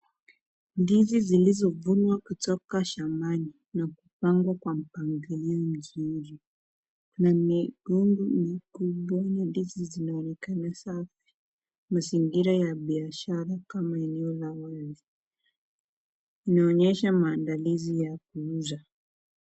Ndizi zilizovunwa kutoka shambani na kupangwa kwa mpangilio mzuri, kuna mikungu mikubwa na ndizi zinaonekana sawa, mazingira ya biashara kama eneo la wazi, inaonyesha maandalizi ya kuuza.